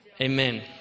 Amen